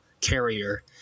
carrier